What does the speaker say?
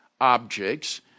objects